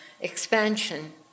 expansion